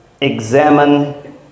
examine